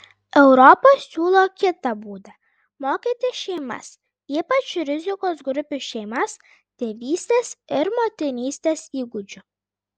europa siūlo kitą būdą mokyti šeimas ypač rizikos grupių šeimas tėvystės ir motinystės įgūdžių